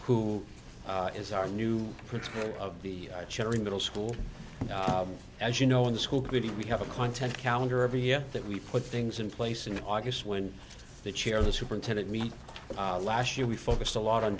who is our new principal of the cherry middle school as you know in the school committee we have a content calendar every year that we put things in place in august when the chair of the superintendent meet last year we focused a lot on